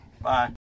Bye